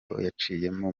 yaciyemo